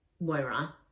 Moira